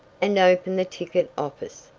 and opened the ticket office.